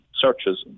searches